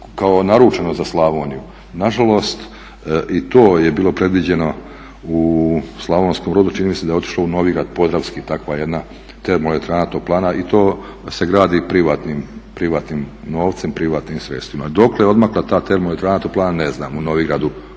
kao naručeno za Slavoniju. Na žalost i to je bilo predviđeno u Slavonskom Brodu. Čini mi se da je otišlo u Novigrad Podravski takva jedna termo elektrana, toplana i to se gradi privatnim novcem, privatnim sredstvima. Dokle je odmakla ta termo elektrana, toplana ne znam u Novigradu Podravskom